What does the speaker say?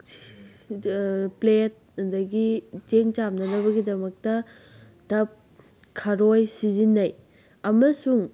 plate ꯑꯗꯒꯤ ꯆꯦꯡ ꯆꯥꯝꯅꯅꯕꯒꯤꯗꯃꯛꯇ ꯇꯞ ꯈꯔꯣꯏ ꯁꯤꯖꯤꯟꯅꯩ ꯑꯃꯁꯨꯡ